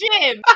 Jim